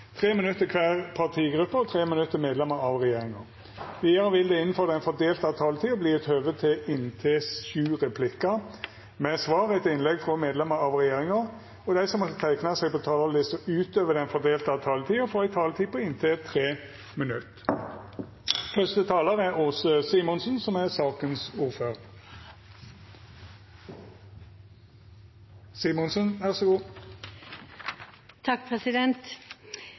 tre. Fleire har ikkje bedt om ordet til sak nr. 14. Etter ynske frå helse- og omsorgskomiteen vil presidenten ordna debatten slik: 3 minutt til kvar partigruppe og 3 minutt til medlemer av regjeringa. Vidare vil det – innanfor den fordelte taletida – verta gjeve anledning til inntil tre replikkar med svar etter innlegg frå medlemer av regjeringa, og dei som måtte teikna seg på talarlista utover den fordelte taletida, får også ei taletid på inntil 3 minutt.